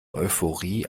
euphorie